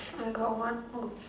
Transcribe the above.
I got one more